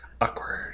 Awkward